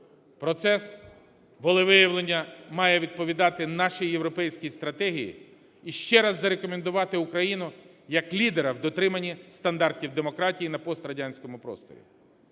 Процес волевиявлення має відповідати нашій європейській стратегії і ще раз зарекомендувати Україну як лідера в дотриманні стандартів демократії на пострадянському просторі.